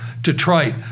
Detroit